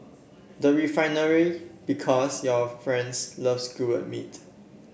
the Refinery Because your friends love skewered meat